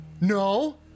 no